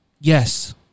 yes